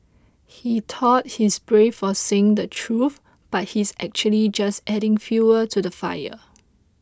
he thought he's brave for saying the truth but he's actually just adding fuel to the fire